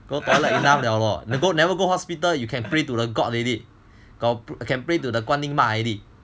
go toilet enough liao hor never go hospital you can pray to the god lady can pray to the 观音妈